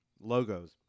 Logos